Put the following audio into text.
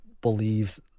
believe